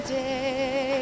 day